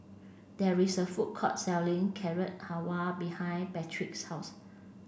there is a food court selling Carrot Halwa behind Patric's house